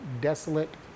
desolate